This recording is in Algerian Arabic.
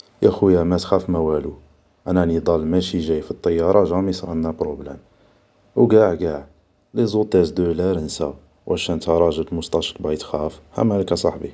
يا خويا ما تخاف ما والو انا راني ضال ماشي جاي في الطيارة جامي صرالنا بروبلام و قاع قاع ليزوطاس دو لار نسا و شا نتا راجل بموسطاشك باغي تخاف, ها مالك ا صحبي